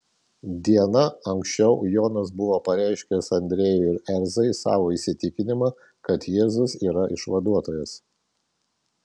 diena anksčiau jonas buvo pareiškęs andriejui ir ezrai savo įsitikinimą kad jėzus yra išvaduotojas